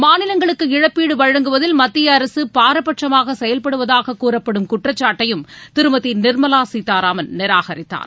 மாநிலங்களுக்கு இழப்பீடு வழங்குவதில் மத்திய அரசு பாரபட்சமாக செயல்படுவதாக கூறப்படும் குற்றச்சாட்டையும் திருமதி நிர்மலா சீதாராமன் நிராகரித்தார்